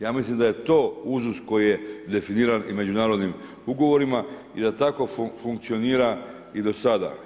Ja mislim da je to uzus koji je definiran i međunarodnim ugovorima i da tako funkcionira i do sada.